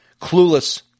clueless